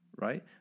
Right